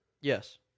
Yes